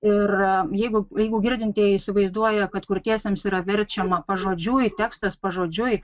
ir jeigu jeigu girdintieji įsivaizduoja kad kurtiesiems yra verčiama pažodžiui tekstas pažodžiui